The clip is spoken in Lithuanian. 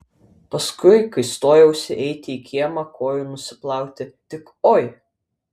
paskui kai stojausi eiti į kiemą kojų nusiplauti tik oi